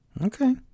Okay